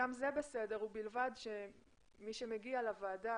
גם זה בסדר ובלבד שמי שמגיע לוועדה